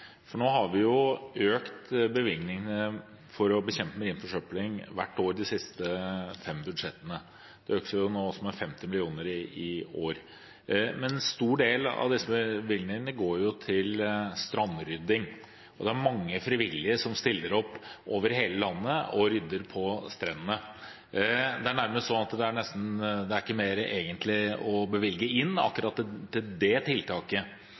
hvert år i de siste fem budsjettene. Vi økte også med 50 mill. kr i år. En stor del av disse bevilgningene går til strandrydding. Det er mange frivillige som stiller opp over hele landet og rydder på strendene. Det er nærmest sånn at det egentlig ikke er mer å bevilge til akkurat det tiltaket. Vi trenger å ha flere tiltak som kan gi en større effekt, både for å